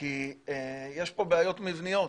כי יש פה בעיות מבניות.